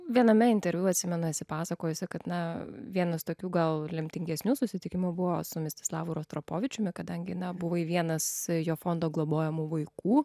viename interviu atsimenu esi pasakojusi kad na vienas tokių gal lemtingesnių susitikimų buvo su mistislavu rostropovičiumi kadangi na buvo vienas jo fondo globojamų vaikų